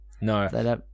No